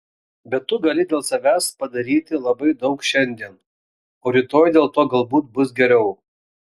bet tu gali dėl savęs padaryti labai daug šiandien o rytoj dėl to galbūt bus geriau